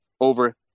over